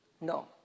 No